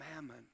mammon